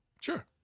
Sure